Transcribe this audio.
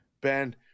Ben